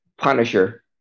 Punisher